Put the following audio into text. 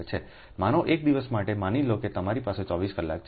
માનો એક દિવસ માટે માની લો કે તમારી પાસે 24 કલાક છે